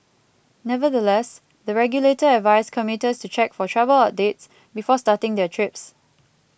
nevertheless the regulator advised commuters to check for travel updates before starting their trips